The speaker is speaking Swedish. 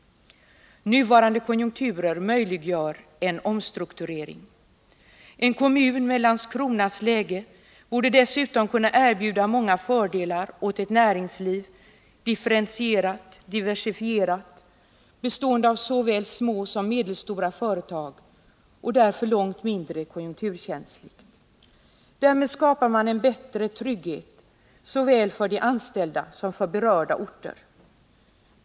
Nuvarande konjunkturer möjliggör en omstrukturering. En kommun med Landskronas läge borde dessutom kunna erbjuda många fördelar åt ett differentierat och diversifierat näringsliv bestående av såväl små som medelstora företag och därför långt mindre konjunkturkänsligt. Därmed skapar man en bättre trygghet såväl för de anställda som för berörda orter.